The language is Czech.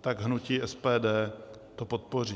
tak hnutí SPD to podpoří.